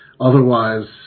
Otherwise